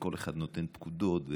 וכל אחד נותן פקודות.